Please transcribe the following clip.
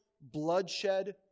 bloodshed